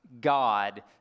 God